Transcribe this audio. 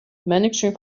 managing